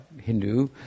Hindu